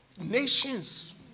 nations